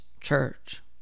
church